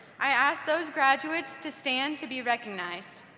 i ask those graduates to stand to be recognized.